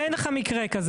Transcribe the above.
אבל, רואי, אין לך מקרה כזה.